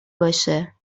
باشه